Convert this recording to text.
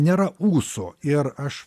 nėra ūsų ir aš